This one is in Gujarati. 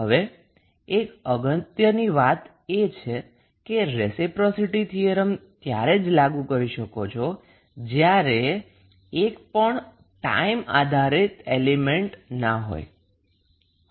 હવે એક અગત્યની વાત એ છે કે રેસિપ્રોસિટી થીયરમ ત્યારે જ લાગુ કરી શકો છો જ્યારે એકપણ ટાઈમ આધારિત એલીમેન્ટ ના હોય